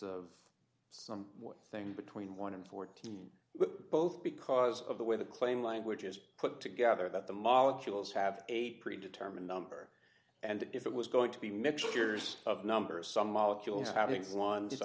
of some one thing between one and fourteen but both because of the way the claim language is put together that the molecules have a pre determined number and if it was going to be mixtures of numbers some molecules having one just